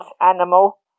animal